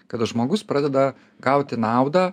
kada žmogus pradeda gauti naudą